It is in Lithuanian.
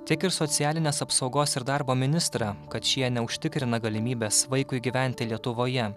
tiek ir socialinės apsaugos ir darbo ministrą kad šie neužtikrina galimybės vaikui gyventi lietuvoje